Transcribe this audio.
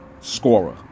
scorer